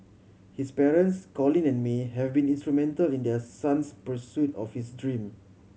his parents Colin and May have been instrumental in their son's pursuit of his dream